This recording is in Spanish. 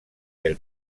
del